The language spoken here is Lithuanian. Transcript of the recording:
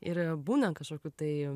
ir būna kažkokių tai